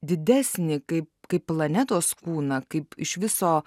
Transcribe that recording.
didesnį kaip kaip planetos kūną kaip iš viso